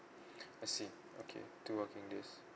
I see okay two working days